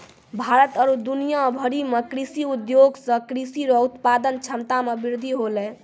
भारत आरु दुनिया भरि मे कृषि उद्योग से कृषि रो उत्पादन क्षमता मे वृद्धि होलै